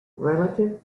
relative